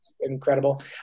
incredible